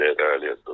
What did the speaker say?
earlier